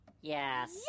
Yes